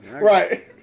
Right